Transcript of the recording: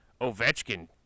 Ovechkin